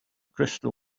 crystal